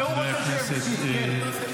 והוא רוצה שנפסיד, כן.